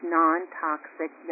non-toxic